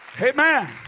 Amen